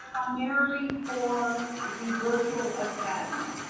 primarily for the virtual academy.